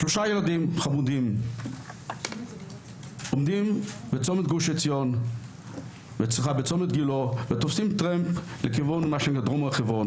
שלושה ילדים חמודים עומדים בצומת גילה ותופסים טרמפ לדרום הר חברון.